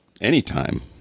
anytime